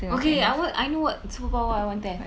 okay I want I know what superpower I want to have